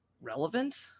relevant